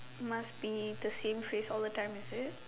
must be the same phrase all the time is it